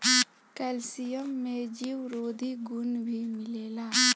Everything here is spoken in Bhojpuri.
कैल्सियम में जीवरोधी गुण भी मिलेला